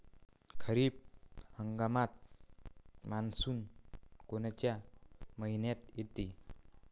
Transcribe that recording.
खरीप हंगामात मान्सून कोनच्या मइन्यात येते?